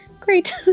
great